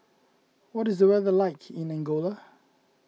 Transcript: what is the weather like in Angola